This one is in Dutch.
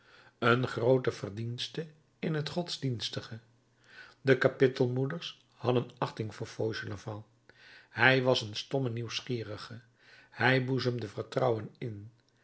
een groote verdienste in het godsdienstige de kapittel moeders hadden achting voor fauchelevent hij was een stomme nieuwsgierige hij boezemde vertrouwen in